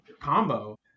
combo